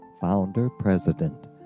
founder-president